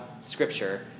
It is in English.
scripture